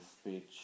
speech